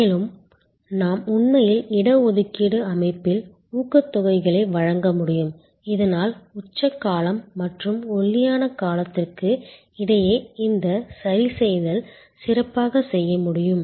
மேலும் நாம் உண்மையில் இட ஒதுக்கீடு அமைப்பில் ஊக்கத்தொகைகளை வழங்க முடியும் இதனால் உச்ச காலம் மற்றும் ஒல்லியான காலத்திற்கு இடையே இந்த சரிசெய்தல் சிறப்பாக செய்ய முடியும்